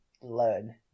learn